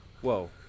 Whoa